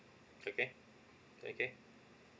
okay okay